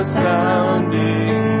sounding